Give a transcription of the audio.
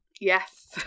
Yes